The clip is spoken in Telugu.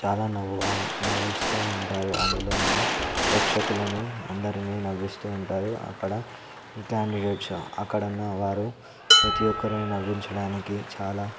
చాలా నవ్వుగా నవ్విస్తూ ఉంటారు అందులో ఉన్న ప్రేక్షకులనే అందరిని నవ్విస్తూ ఉంటారు అక్కడ క్యాండిడేట్స్ అక్కడ ఉన్న వారు ప్రతీ ఒక్కరినీ నవ్వించడానికి చాలా